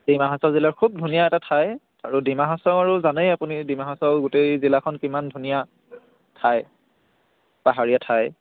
ডিমা হাছাও জিলাৰ খুব ধুনীয়া এটা ঠাই আৰু ডিমা হাছাও আৰু জানেই আপুনি ডিমা হাছাও গোটেই জিলাখন কিমান ধুনীয়া ঠাই পাহাৰীয়া ঠাই